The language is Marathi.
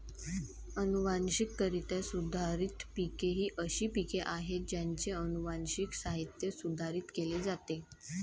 अनुवांशिकरित्या सुधारित पिके ही अशी पिके आहेत ज्यांचे अनुवांशिक साहित्य सुधारित केले जाते